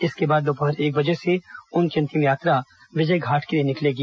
इसके बाद दोपहर एक बजे से उनकी अंतिम यात्रा विजयघाट के लिए निकलेगी